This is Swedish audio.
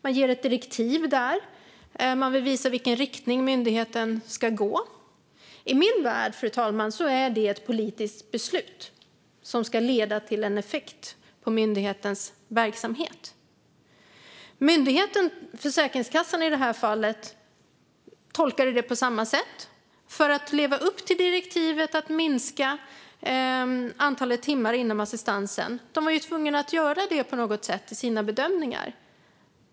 Den ger ett direktiv och vill visa i vilken riktning den vill att myndigheten ska gå. Fru talman! I min värld är det ett politiskt beslut som ska leda till en effekt på myndighetens verksamhet. Myndigheten, Försäkringskassan i det här fallet, tolkade det på samma sätt. För att leva upp till direktivet att minska antalet timmar inom assistansen var de tvungna att göra det på något sätt i sina bedömningar.